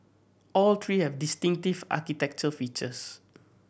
all three have distinctive architecture features